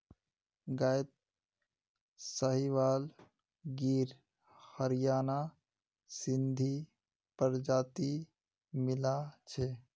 गायत साहीवाल गिर हरियाणा सिंधी प्रजाति मिला छ